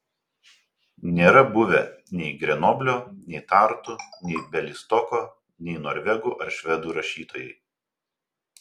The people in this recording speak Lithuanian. nėra buvę nei grenoblio nei tartu nei bialystoko nei norvegų ar švedų rašytojai